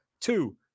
Two